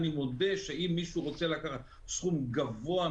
אבל אני מודה שאם מישהו רוצה לקחת סכום גבוה,